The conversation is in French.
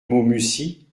maumussy